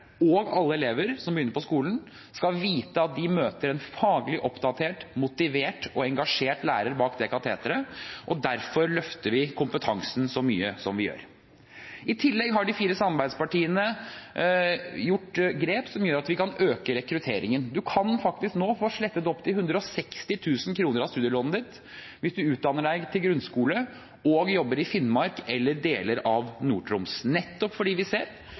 og alle elever som begynner på skolen, skal vite at de møter en faglig oppdatert, motivert og engasjert lærer bak kateteret. Derfor løfter vi kompetansen så mye som vi gjør. I tillegg har de fire samarbeidspartiene tatt grep som gjør at vi kan øke rekrutteringen. Man kan nå faktisk få slettet opp til 160 000 kr av studielånet hvis man utdanner seg for grunnskolen og jobber i Finnmark eller i deler av Nord-Troms, nettopp fordi vi ser